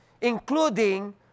including